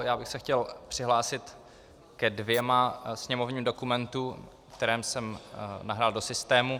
Já bych se chtěl přihlásit ke dvěma sněmovním dokumentům, které jsem nahrál do systému.